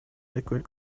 liquid